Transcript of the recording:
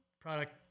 product